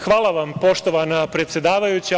Hvala vam poštovana predsedavajuća.